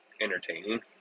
entertaining